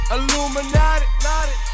Illuminati